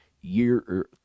year